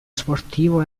sportivo